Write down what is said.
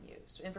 use